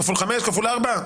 כפול חמש, כפול ארבע?